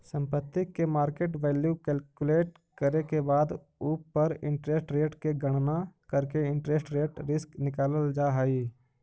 संपत्ति के market value calculate करे के बाद उ पर इंटरेस्ट रेट के गणना करके इंटरेस्ट रेट रिस्क निकालल जा हई